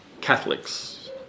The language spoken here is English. Catholics